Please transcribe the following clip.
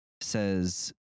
says